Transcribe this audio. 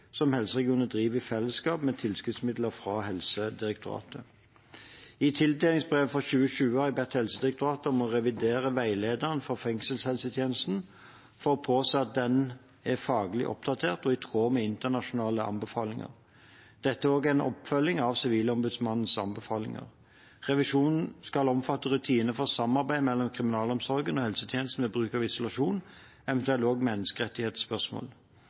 som helseregionene driver i fellesskap med tilskuddsmidler fra Helsedirektoratet. I tildelingsbrevet for 2020 har jeg bedt Helsedirektoratet om å revidere veilederen for fengselshelsetjenesten for å påse at den er faglig oppdatert og i tråd med internasjonale anbefalinger. Dette er også en oppfølging av Sivilombudsmannens anbefalinger. Revisjonen skal omfatte rutiner for samarbeid mellom kriminalomsorgen og helsetjenesten ved bruk av isolasjon, eventuelt også menneskerettighetsspørsmål.